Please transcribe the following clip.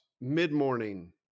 mid-morning